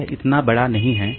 तो यह इतना बड़ा नहीं है